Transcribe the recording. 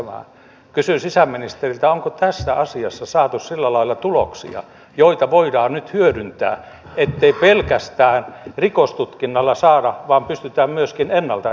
kysyn sisäministeriltä onko tässä asiassa saatu sillä lailla tuloksia joita voidaan nyt hyödyntää ettei pelkästään rikostutkinnalla saada vaan pystytään myöskin ennalta estämään